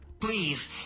Please